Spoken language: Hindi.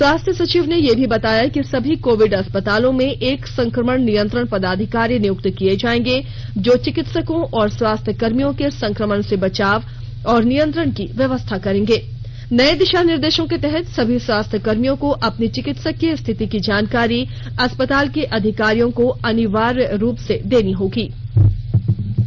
स्वास्थ्य सचिव ने यह भी बताया कि सभी कोविड अस्पतालों में एक संक्रमण नियंत्रण पदाधिकारी नियंक्त किए जाएंगे जो चिकित्सकों और स्वास्थ्यकर्मियों के संक्रमण से बचाव व नियंत्रण की व्यवस्था करेंगे नए दिशा निर्देश के तहत सभी स्वास्थ्यकर्मियों को अपनी चिकित्सीय स्थिति की जानकारी अस्पताल के अधिकारियों को अनिवार्य रुप से देंगे